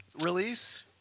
release